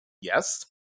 Yes